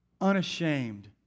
Unashamed